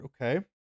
Okay